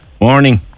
Morning